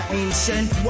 ancient